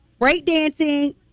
breakdancing